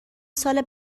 سال